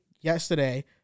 yesterday